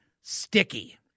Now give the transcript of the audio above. sticky